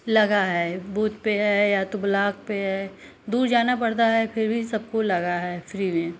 लगा है बूथ पर है या तो ब्लॉक पर है दूर जाना पड़ता है फिर भी सबको लगा है फ्री में